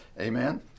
Amen